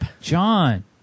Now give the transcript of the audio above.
John